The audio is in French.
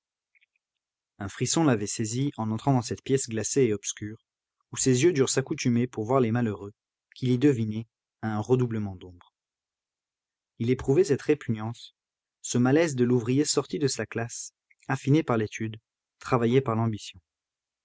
un frisson l'avait saisi en entrant dans cette pièce glacée et obscure où ses yeux durent s'accoutumer pour voir les malheureux qu'il y devinait à un redoublement d'ombre il éprouvait cette répugnance ce malaise de l'ouvrier sorti de sa classe affiné par l'étude travaillé par l'ambition